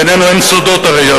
בינינו אין סודות הרי.